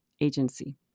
agency